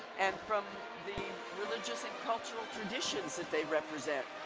and from the religious and cultural traditions that they represent,